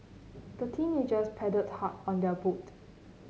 the teenagers paddled hard on their boat